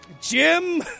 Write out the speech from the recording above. Jim